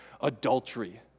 adultery